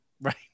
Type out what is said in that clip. right